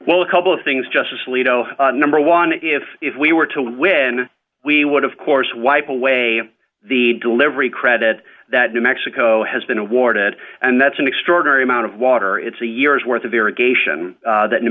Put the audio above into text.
well a couple of things justice alito number one if if we were to win we would of course wipe away the delivery credit that new mexico has been awarded and that's an extraordinary amount of water it's a year's worth of irrigation that new